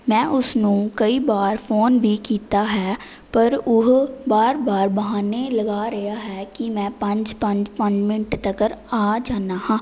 ਮੈਂ ਉਸਨੂੰ ਕਈ ਵਾਰ ਫੋਨ ਵੀ ਕੀਤਾ ਹੈ ਪਰ ਉਹ ਬਾਰ ਬਾਰ ਬਹਾਨੇ ਲਗਾ ਰਿਹਾ ਹੈ ਕਿ ਮੈਂ ਪੰਜ ਪੰਜ ਪੰਜ ਮਿੰਟ ਤੱਕਰ ਆ ਜਾਂਦਾ ਹਾਂ